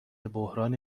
بحران